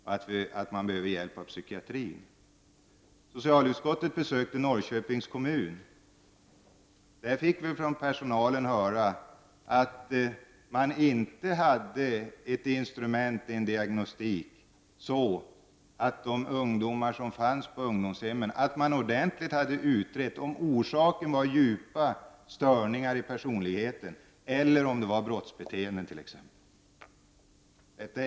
Man behöver alltså hjälp från psykiatrin. Några av oss i socialutskottet har gjort ett besök hos Norrköpings kommun. Av personalen fick vi höra att man inte hade det instrument som diagnostiken är. Beträffande ungdomar på ungdomshem gäller det ju att ordent ligt utreda om den bakomliggande orsaken är djupa störningar i personligheten eller om den är att hänföra till ett brottsbeteende.